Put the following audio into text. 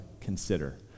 consider